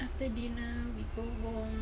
after dinner we go home